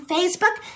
Facebook